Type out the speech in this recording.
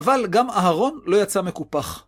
אבל גם אהרון לא יצא מקופח.